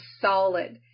solid